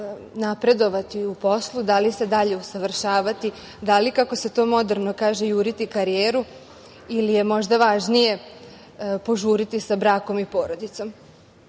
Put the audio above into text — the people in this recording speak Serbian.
napredovati u poslu, da li se dalje usavršavati, da li kako se to moderno kaže juriti karijeru ili je možda važnije požuriti sa brakom i porodicom.